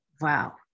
Wow